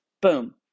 boom